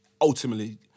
ultimately